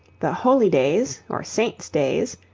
the holy days, or saints' days,